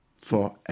forever